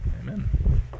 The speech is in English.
Amen